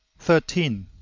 thirteen.